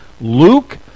Luke